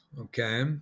okay